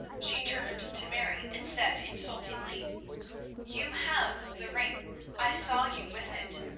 she turned to mary and said insultingly you have the ring i saw you with it.